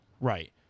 right